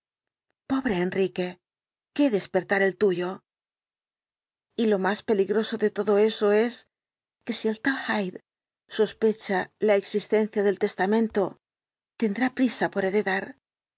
pobre enrique qué despertar el tuyo y lo más peligroso de todo eso es que si el tal hyde sospecha la exis el dr jekyll tencia del testamento tendrá prisa por heredar